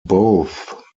both